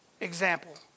Example